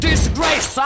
Disgrace